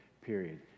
period